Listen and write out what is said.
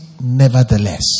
Nevertheless